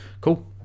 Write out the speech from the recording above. Cool